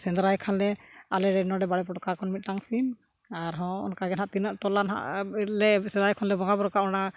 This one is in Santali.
ᱥᱮᱸᱫᱽᱨᱟᱭ ᱠᱷᱟᱱᱞᱮ ᱟᱞᱮᱨᱮᱱ ᱱᱚᱸᱰᱮ ᱵᱟᱲᱮ ᱯᱚᱴᱠᱟ ᱠᱷᱚᱱ ᱢᱤᱫᱴᱟᱝ ᱥᱤᱢ ᱟᱨᱦᱚᱸ ᱚᱱᱠᱟᱜᱮ ᱦᱟᱸᱜ ᱛᱤᱱᱟᱹᱜ ᱴᱚᱞᱟ ᱦᱟᱸᱜ ᱞᱮ ᱥᱮᱸᱫᱽᱨᱟᱭ ᱠᱷᱚᱱᱞᱮ ᱵᱚᱸᱜᱟ ᱵᱚᱨᱠᱟᱜ ᱚᱱᱟ